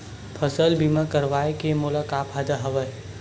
फसल बीमा करवाय के मोला का फ़ायदा हवय?